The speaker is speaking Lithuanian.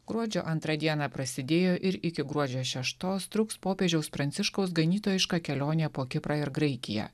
gruodžio antrą dieną prasidėjo ir iki gruodžio šeštos truks popiežiaus pranciškaus ganytojiška kelionė po kiprą ir graikiją